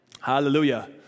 Hallelujah